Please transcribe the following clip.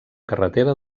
carretera